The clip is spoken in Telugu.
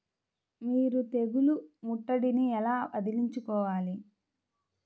మీరు తెగులు ముట్టడిని ఎలా వదిలించుకోవాలి?